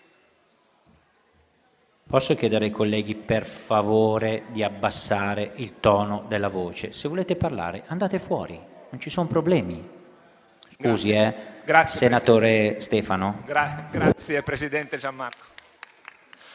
Grazie, presidente Gian Marco.